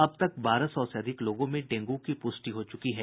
अब तक बारह सौ से अधिक लोगों में डेंगू की पुष्टि हो चुकी है